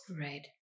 right